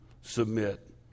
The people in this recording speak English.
submit